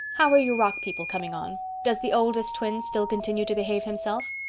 how are your rock people coming on? does the oldest twin still continue to behave himself?